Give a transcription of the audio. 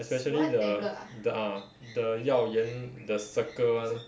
especially the the ah the 药园 the circle [one]